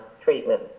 treatment